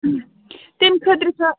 تَمہِ خٲطرٕ سۄ